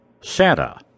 SANTA